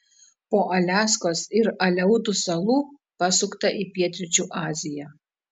po aliaskos ir aleutų salų pasukta į pietryčių aziją